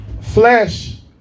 Flesh